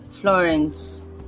Florence